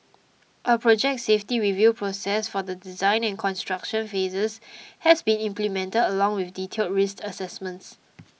a project safety review process for the design and construction phases has been implemented along with detailed risk assessments